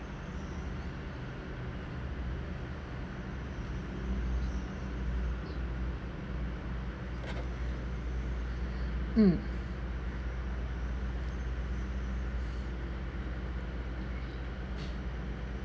mm